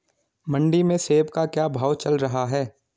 मंडी में सेब का क्या भाव चल रहा है?